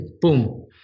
Boom